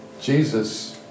Jesus